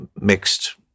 mixed